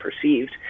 perceived